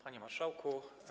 Panie Marszałku!